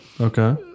okay